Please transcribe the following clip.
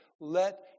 Let